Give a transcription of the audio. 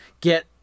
get